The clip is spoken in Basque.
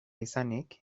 izanik